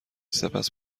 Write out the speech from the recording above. سپس